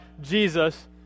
Jesus